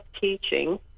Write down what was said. teaching